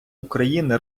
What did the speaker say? україни